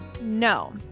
No